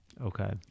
Okay